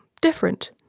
different